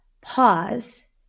pause